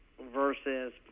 versus